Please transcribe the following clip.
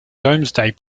domesday